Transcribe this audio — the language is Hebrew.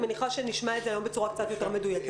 אני מניחה שנשמע את זה היום בצורה קצת יותר מדויקת.